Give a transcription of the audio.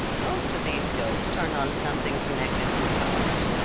most of these jokes turned on something connected with college.